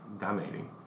dominating